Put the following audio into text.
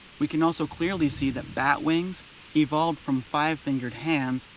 we can also clearly see that bat wings evolved from five fingered hands,